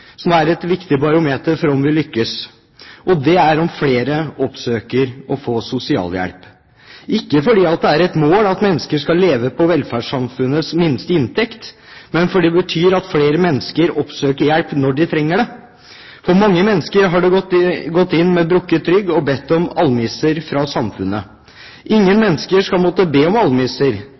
som er et viktig barometer for om vi lykkes, nemlig at flere søker om sosialhjelp – ikke fordi det er et mål at folk skal leve på velferdssamfunnets minste inntekt, men fordi det betyr at flere mennesker oppsøker hjelp når de trenger det. Mange mennesker har gått inn med brukket rygg og bedt om «almisser» fra samfunnet. Ingen mennesker skal måtte be om